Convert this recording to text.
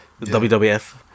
WWF